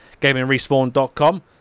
gamingrespawn.com